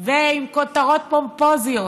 ועם כותרות פומפוזיות,